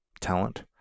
talent